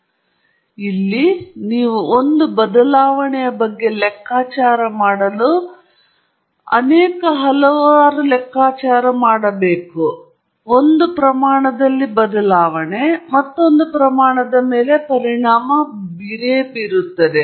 ಆದ್ದರಿಂದ ಇಲ್ಲಿ ನೀವು ಒಂದು ಬದಲಾವಣೆಯ ಬಗ್ಗೆ ಲೆಕ್ಕಾಚಾರ ಮಾಡಲು ಕೆಲವು ಲೆಕ್ಕಾಚಾರ ಮಾಡುತ್ತಿರುವಿರಿ ಒಂದು ಪ್ರಮಾಣದಲ್ಲಿ ಬದಲಾವಣೆ ಮತ್ತೊಂದು ಪ್ರಮಾಣದ ಮೇಲೆ ಪರಿಣಾಮ ಬೀರುತ್ತದೆ